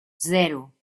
zero